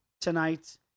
tonight